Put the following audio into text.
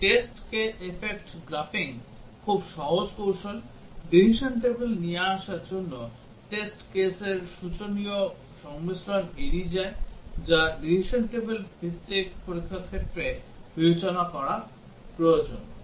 তাই cause effect graphing খুব সহজ কৌশল decision table নিয়ে আসার জন্য টেস্ট কেসের সূচকীয় সংমিশ্রণ এড়িয়ে যায় যা decision table ভিত্তিক পরীক্ষার ক্ষেত্রে বিবেচনা করা প্রয়োজন